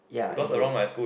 yeah indeed